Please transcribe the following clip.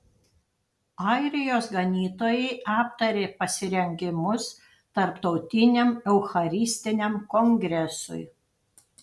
airijos ganytojai aptarė pasirengimus tarptautiniam eucharistiniam kongresui